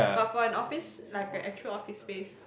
but for an office like a actual office space